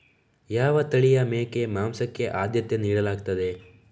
ಯಾವ ತಳಿಯ ಮೇಕೆ ಮಾಂಸಕ್ಕೆ ಆದ್ಯತೆ ನೀಡಲಾಗ್ತದೆ?